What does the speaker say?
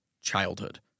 childhood